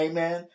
Amen